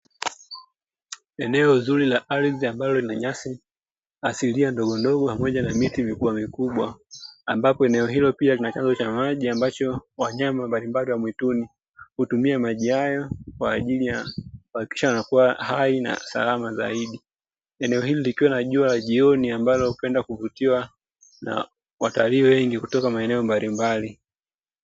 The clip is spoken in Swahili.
Eneo zuri la ardhi ambalo lina nyasi asilia ndogondogo pamoja na miti mikubwamikubwa, ambapo eneo ilo pia lina chanzo cha maji ambacho wanyama mbalimbali wa mwituni; hutumia maji hayo kwa ajili ya kuhakikisha wanakuwa hai na salama zaidi. Eneo hili likiwa na jua la jioni ambalo hupendwa kuvutiwa na watalii wengi kutoka maeneo mbalimbali.